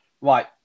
Right